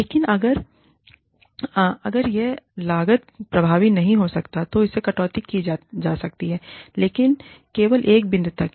लेकिन अगर यह लागत प्रभावी नहीं हो सकता है तो इसमें कटौती की जा सकती है लेकिन केवल एक बिंदु तक